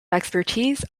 expertise